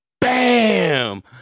Bam